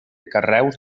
carreus